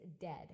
dead